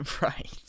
Right